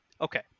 Okay